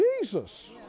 Jesus